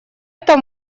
это